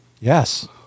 Yes